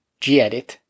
GEdit